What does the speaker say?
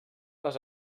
les